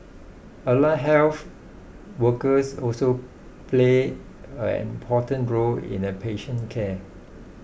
allied health workers also play an important role in a patient's care